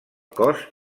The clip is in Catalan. cos